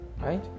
right